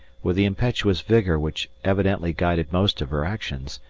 with the impetuous vigour which evidently guided most of her actions,